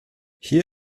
here